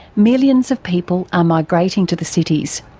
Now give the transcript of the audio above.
millions of people are migrating to the cities.